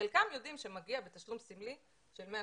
חלקם יודעים שמגיע בתשלום סמלי "סמלי",